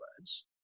words